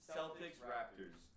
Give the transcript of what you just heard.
Celtics-Raptors